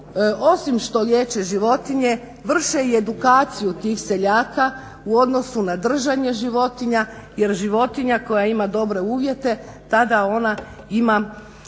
osim što liječe životinje vrše i edukaciju tih seljaka u odnosu na držanje životinja jer životinja koja ima dobre uvjete tada ona ima